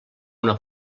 una